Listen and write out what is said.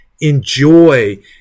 enjoy